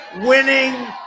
winning